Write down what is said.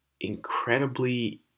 incredibly